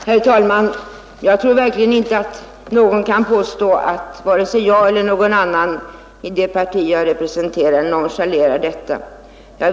Herr talman! Jag tror verkligen inte att någon kan påstå att vare sig jag eller någon annan i det parti jag representerar nonchalerar dessa frågor.